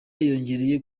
yiyongereye